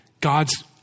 God's